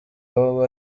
abo